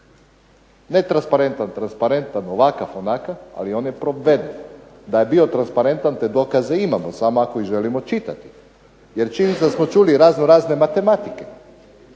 netransparentan, transparentan, ovakav, onakav, ali on je provediv. Da je bio transparentan te dokaze imamo samo ako ih želimo čitati. Jer činjenica da smo čuli razno razne matematike